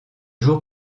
jours